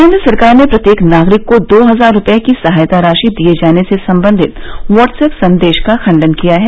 केंद्र सरकार ने प्रत्येक नागरिक को दो हजार रुपये की सहायता राशि दिये जाने से संबंधित व्हाट्सएप संदेश का खंडन किया है